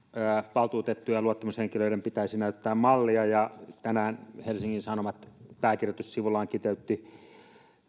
valtuutettujen ja luottamushenkilöiden pitäisi näyttää mallia ja tänään helsingin sanomat pääkirjoitussivullaan kiteytti